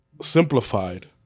Simplified